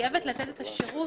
חייבת לתת את השירות,